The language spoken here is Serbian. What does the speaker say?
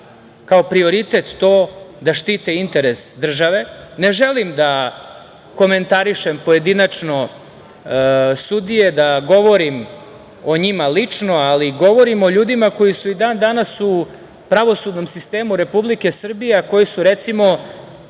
kao prioritet da štite interes države. Ne želim da komentarišem pojedinačno sudije, da govorim o njima lično, ali govorim o ljudima koji su i dan danas u pravosudnom sistemu Republike Srbije, a koji su recimo